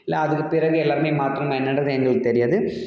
இல்லை அதுக்குப் பிறகு எல்லாமே மாற்றி நான் என்னென்றது எங்களுக்குத் தெரியாது